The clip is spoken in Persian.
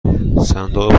صندوق